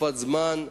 בתקופת זמן ראויה,